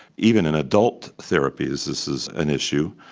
even in adult therapies this is an issue,